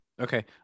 Okay